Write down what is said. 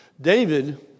David